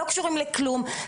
לא קשורים לכלום.